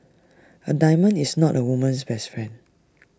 A diamond is not A woman's best friend